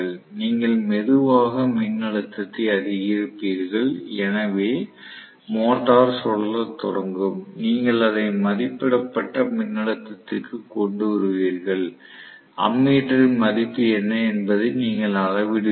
நீங்கள் மெதுவாக மின்னழுத்தத்தை அதிகரிப்பீர்கள் எனவே மோட்டார் சுழலத் தொடங்கும் நீங்கள் அதை மதிப்பிடப்பட்ட மின்னழுத்தத்திற்கு கொண்டு வருவீர்கள் அம்மீட்டரின் மதிப்பு என்ன என்பதை நீங்கள் அளவிடுவீர்கள்